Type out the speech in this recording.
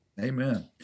Amen